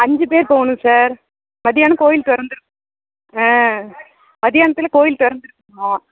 அஞ்சுப்பேர் போகணும் சார் மதியானம் கோவில் திறந்துருக்கும் ஆ மதியானத்தில் கோவில் திறந்திருக்குமா